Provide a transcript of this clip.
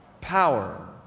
power